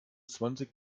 zwanzig